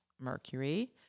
Mercury